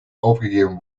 aufgegeben